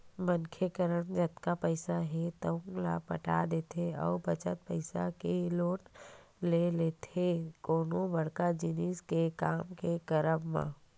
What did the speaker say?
मनखे करन जतका पइसा हे तउन ल पटा देथे अउ बचत पइसा के लोन ले लेथे कोनो बड़का जिनिस के काम के करब म